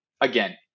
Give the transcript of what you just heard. again